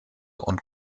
und